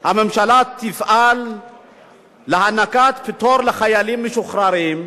"הממשלה תפעל להענקת פטור לחיילים משוחררים,